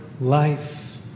life